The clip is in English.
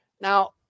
Now